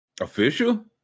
official